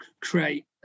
create